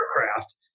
aircraft